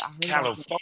California